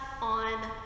on